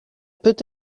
peut